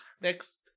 next